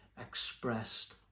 expressed